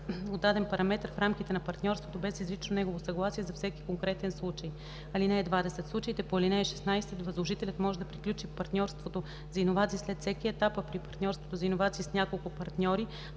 от даден партньор в рамките на партньорството, без изрично негово съгласие за всеки конкретен случай. (20) В случаите по ал. 16 възложителят може да приключи партньорството за иновации след всеки етап, а при партньорство за иновации с няколко партньори